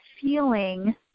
feeling